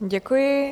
Děkuji.